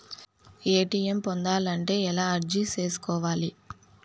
ATM పొందాలంటే ఎలా అర్జీ సేసుకోవాలి?